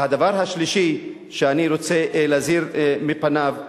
הדבר השלישי שאני רוצה להזהיר מפניו הוא,